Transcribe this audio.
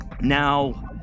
Now